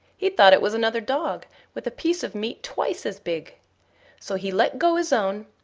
he thought it was another dog with a piece of meat twice as big so he let go his own,